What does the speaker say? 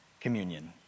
communion